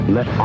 Let